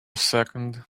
second